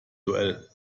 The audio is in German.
duell